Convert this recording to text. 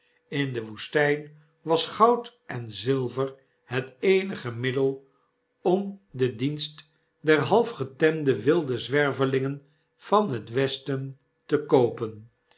in de woestyn was goud en zilver het eenige middel om den dienst der half getemde wilde zwervelingen van het westen te koopen